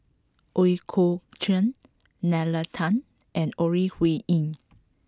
Ooi Kok Chuen Nalla Tan and Ore Huiying